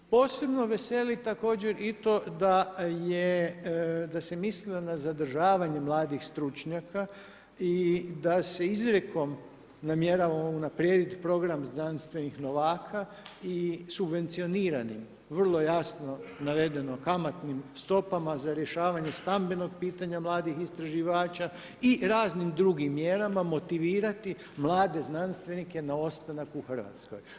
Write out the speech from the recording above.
Posebno veseli također i to da se mislilo na zadržavanje mladih stručnjaka i da se izrijekom namjerava unaprijediti program znanstvenih novaka i subvencioniranim vrlo jasno navedenim kamatnim stopama za rješavanje stambenog pitanja mladih istraživača i raznim drugim mjerama motivirati mlade znanstvenike na ostanak u Hrvatskoj.